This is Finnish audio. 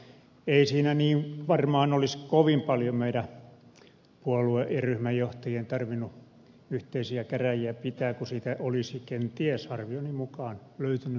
ei siinä varmaan niin kovin paljon olisi meidän puolueemme ja ryhmänjohtajiemme tarvinnut yhteisiä käräjiä pitää kun siitä olisi kenties arvioni mukaan löytynyt myös konsensus